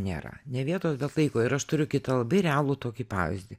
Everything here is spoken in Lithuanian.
nėra ne vietos bet laiko ir aš turiu kitą labai realų tokį pavyzdį